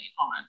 on